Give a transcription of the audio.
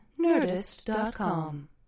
Nerdist.com